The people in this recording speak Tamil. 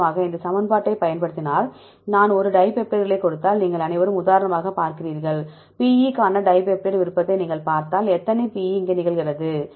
உதாரணமாக இந்த சமன்பாட்டைப் பயன்படுத்தினால் நான் ஒரு டைபெப்டைட்களைக் கொடுத்தால் நீங்கள் அனைவரும் உதாரணமாக பார்க்கிறீர்களா PE க்கான டைபெப்டைட் விருப்பத்தை நீங்கள் பார்த்தால் எத்தனை PE இங்கே நிகழ்கிறது